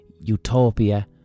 utopia